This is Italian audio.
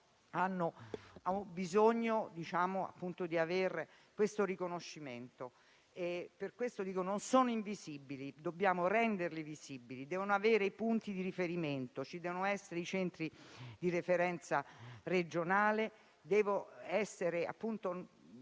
hanno bisogno di avere questo riconoscimento. Non devono essere invisibili, dobbiamo renderli visibili, devono avere dei punti di riferimento, ci devono essere i centri di riferimento regionali: questi